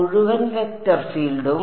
മുഴുവൻ വെക്റ്റർ ഫീൽഡും